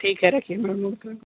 ठीक है रखिए मैम ओके